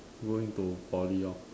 going to Poly hor